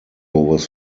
was